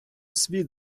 світ